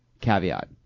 Caveat